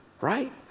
right